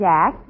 Jack